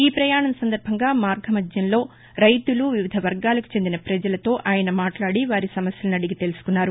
ఈ పయాణం సందర్బంగా మార్గ మధ్యంలో రైతులు వివిధ వర్గాలకు చెందిన ప్రజలతో ఆయన మాట్లాడి వారి సమస్యలను అడిగి తెలుసుకున్నారు